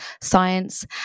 science